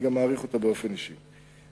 אני גם מעריך אותו באופן אישי,